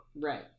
Right